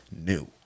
new